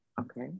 okay